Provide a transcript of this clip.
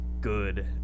good